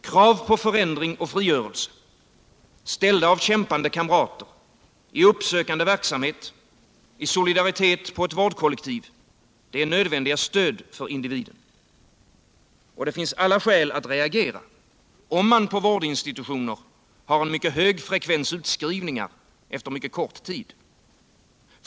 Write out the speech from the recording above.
Krav på förändring och frigörelse, ställda av kämpande kamrater, i uppsökande verksamhet, i solidaritet på ett vårdkollektiv, är nödvändiga stöd för individen. Och det finns alla skäl att reagera om man på vårdinstitutioner har en mycket hög frekvens utskrivningar efter mycket kort tid.